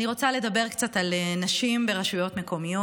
אני רוצה לדבר קצת על נשים ברשויות מקומיות.